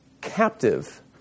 captive